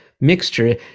mixture